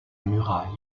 muraille